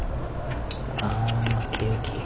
ah okay okay